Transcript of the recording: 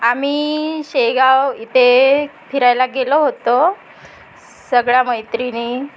आम्ही शेगाव इथे फिरायला गेलो होतो सगळ्या मैत्रिणी